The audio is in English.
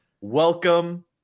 Welcome